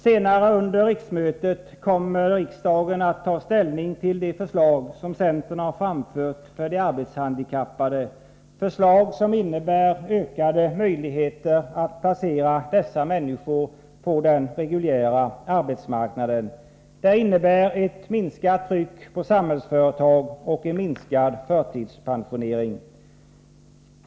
Senare under riksmötet kommer ställning att tas till de förslag som centern har framfört beträffande de arbetshandikappade. Det är förslag som innebär ökade möjligheter att placera dessa människor på den reguljära arbetsmarknaden, vilket innebär ett minskat tryck på Samhällsföretag och en minskad förtidspensionering.